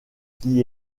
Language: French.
qui